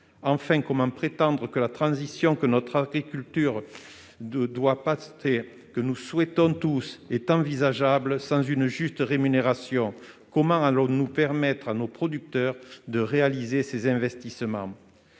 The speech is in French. ? Comment prétendre que la transition nécessaire de notre agriculture, transition que nous souhaitons tous, est envisageable sans une juste rémunération ? Comment allons-nous permettre à nos producteurs de réaliser ces investissements ?